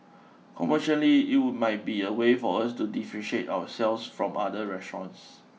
commercially it would might be a way for us to differentiate ourselves from other restaurants